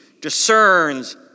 discerns